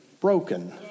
broken